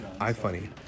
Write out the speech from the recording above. iFunny